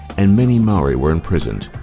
and many maori were imprisoned.